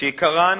שעיקרן